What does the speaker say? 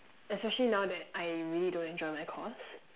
especially now that I really don't enjoy my course